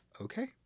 Okay